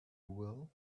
will